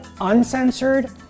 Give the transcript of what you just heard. Uncensored